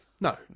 no